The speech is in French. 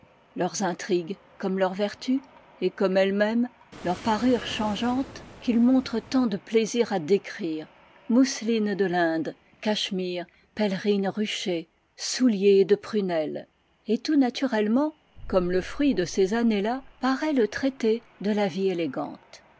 montre tant de plaisir à décrire mousselines de l'inde cachemires pèlerines ruchées souliers de prunelle et tout naturellement comme le fruit de ces années-là paraît le traité de la ie